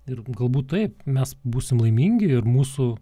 ir galbūt taip mes būsim laimingi ir mūsų